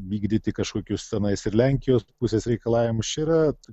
vykdyti kažkokius tenais ir lenkijos pusės reikalavimus čia yra